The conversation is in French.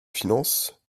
finances